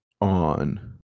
on